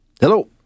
Hello